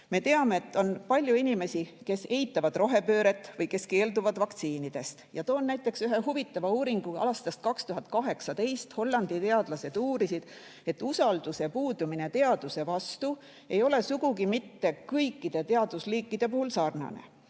Me teame, et on palju inimesi, kes eitavad rohepööret või keelduvad vaktsiinidest. Toon näiteks ühe huvitava uuringu aastast 2018. Hollandi teadlased uurisid, et usalduse puudumine teaduse vastu ei ole sugugi mitte kõikide teadusliikide puhul sarnane.